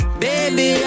baby